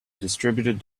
distributed